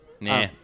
Nah